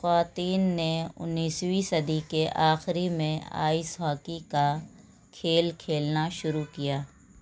خواتین نے انیس ویں صدی کے آخری میں آئس ہاکی کا کھیل کھیلنا شروع کیا